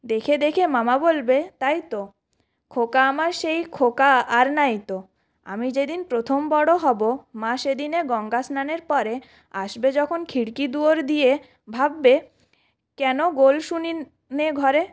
দেখে দেখে মামা বলবে তাই তো খোকা আমার সেই খোকা আর নাই তো আমি যেদিন প্রথম বড়ো হব মা সেদিনে গঙ্গাস্নানের পরে আসবে যখন খিড়কি দুয়োর দিয়ে ভাববে কেন গোল শুনি নে ঘরে